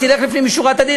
תלך לפנים משורת הדין,